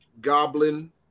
Goblin